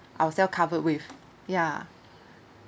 ourself covered with ya